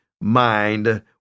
mind